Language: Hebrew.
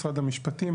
משרד המשפטים,